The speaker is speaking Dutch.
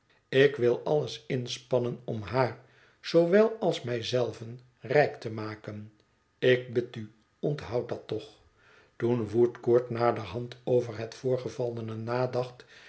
ik wil alles inspannen om haar zoowel als mij zelven rijk te maken ik bid u onthoud dat toch toen woodcourt naderhand over het voorgevallene nadacht